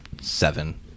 seven